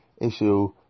issue